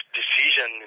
decision